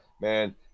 man